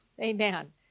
Amen